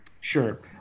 sure